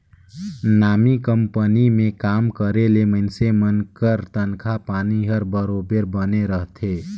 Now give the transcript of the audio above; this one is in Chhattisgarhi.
नामी कंपनी में काम करे ले मइनसे मन कर तनखा पानी हर बरोबेर बने रहथे